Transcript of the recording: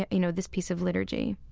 you know, this piece of liturgy